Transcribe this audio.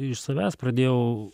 iš savęs pradėjau